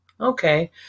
Okay